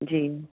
जी